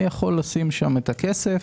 אני יכול לשים שם את הכסף,